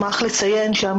בבקשה.